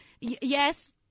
yes